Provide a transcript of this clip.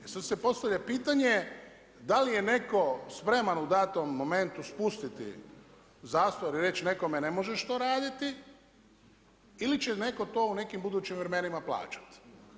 E sada se postavlja pitanje da li je netko spreman u datom momentu spustiti zastor i reći nekome ne možeš to raditi ili će to neko u nekim budućim vremenima plaćati.